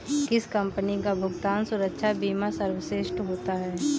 किस कंपनी का भुगतान सुरक्षा बीमा सर्वश्रेष्ठ होता है?